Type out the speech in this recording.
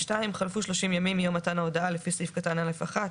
(א2)חלפו שלושים ימים מיום מתן ההודעה לפי סעיף קטן (א1)